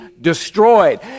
destroyed